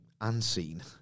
Unseen